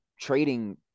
trading